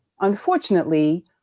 unfortunately